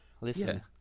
Listen